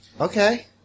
Okay